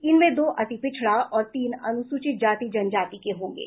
इनमें दो अतिपिछड़ा और तीन अनुसूचित जाति जनजाति के होंगे